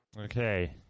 Okay